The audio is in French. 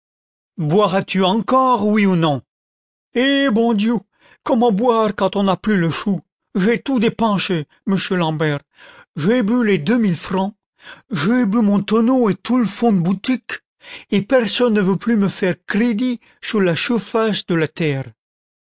boiras tu encore oui ou non eh bondiou comment boire quand on n'a plus le chou j'ai tout dépenché mouchu l'ambert j'ai bu les deux mille francs j'ai bu mon tonneau et tout le fonds de boutique et personne ne veut plus me faire crédit chur la churfache de la